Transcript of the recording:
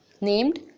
named